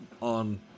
on